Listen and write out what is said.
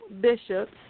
bishops